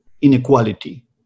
inequality